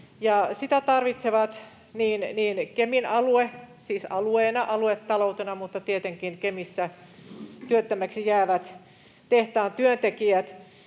sitä tarvitsevat Kemin alue — siis alueena, aluetaloutena — mutta tietenkin myös Kemissä työttömäksi jäävät tehtaan työntekijät.